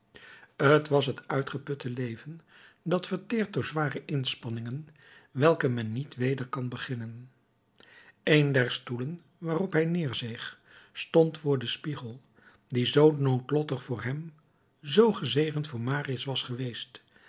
t was het uitgeputte leven dat verteert door zware inspanningen welke men niet weder kan beginnen een der stoelen waarop hij nederzeeg stond voor den spiegel die zoo noodlottig voor hem zoo gezegend voor marius was geweest